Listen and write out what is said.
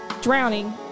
drowning